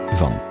van